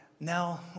now